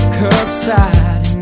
curbside